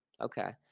Okay